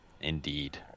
indeed